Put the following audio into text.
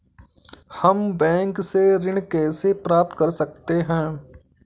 हम बैंक से ऋण कैसे प्राप्त कर सकते हैं?